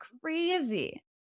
crazy